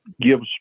gives